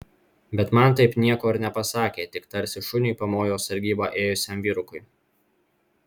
bet man taip nieko ir nepasakė tik tarsi šuniui pamojo sargybą ėjusiam vyrukui